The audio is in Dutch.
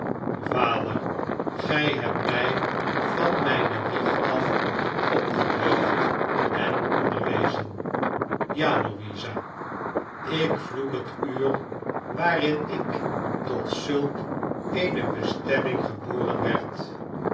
vader gij hebt mij van mijne wieg af opgebracht en onderwezen ja louisa slechte tijden ik vloek het uur waarin ik tot zulk eene bestemming geboren werd